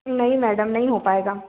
नहीं मैडम नहीं हो पाएगा